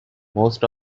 most